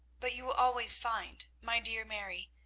but you will always find, my dear mary,